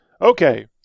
Okay